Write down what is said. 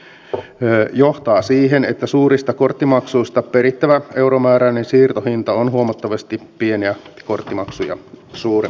eu sääntely johtaa siihen että suurista korttimaksuista perittävä euromääräinen siirtohinta on huomattavasti pieniä korttimaksuja suurempi